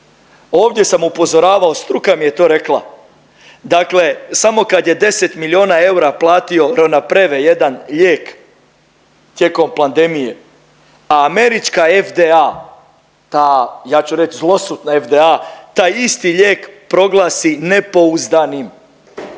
Ovdje sam upozoravao, struka mi je to rekla. Dakle, samo kad je 10 milijona eura platio Ronapreve jedan lijek tijekom pandemije, a američka FDA ta ja ću reći zlosutna FDA taj isti lijek proglasi nepouzdanim.